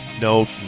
No